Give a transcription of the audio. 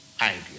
idea